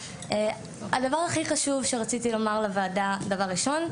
הדבר הכי חשוב שרציתי לומר לוועדה דבר ראשון,